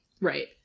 Right